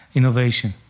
innovation